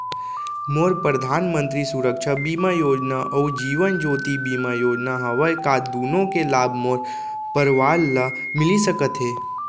मोर परधानमंतरी सुरक्षा बीमा योजना अऊ जीवन ज्योति बीमा योजना हवे, का दूनो के लाभ मोर परवार ल मिलिस सकत हे?